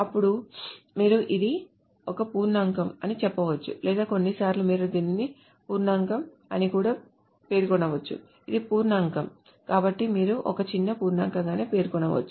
అప్పుడు మీరు ఇది ఒక పూర్ణాంకం అని చెప్పవచ్చు లేదా కొన్నిసార్లు మీరు దీనిని పూర్ణాంకం అని కూడా పేర్కొనవచ్చు ఇది పూర్ణాంకం కాబట్టి మీరు ఒక చిన్న పూర్ణాంకంగా పేర్కొనవచ్చు